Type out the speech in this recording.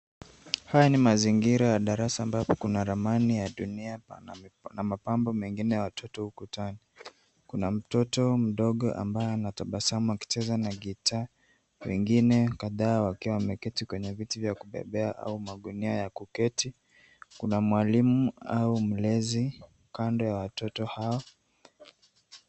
Haya ni mazingira ya darasa ambapo kuna ramani ya dunia na mapambo mengine ya watoto ukutani. Kuna mtoto mdogo ambaye anatabasamu akicheza na gita wengine kadhaa wakiwa wameketi kwenye viti vya kubebea au magunia ya kuketi. Kuna mwalimu au mlezi kando ya watoto hao.